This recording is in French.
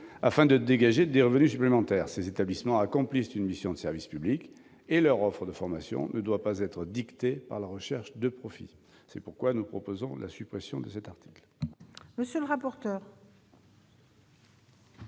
afin de dégager des revenus supplémentaires. Ces établissements accomplissent une mission de service public. Leur offre de formation ne doit pas être dictée par la recherche de profits. C'est pourquoi nous proposons la suppression de cet article.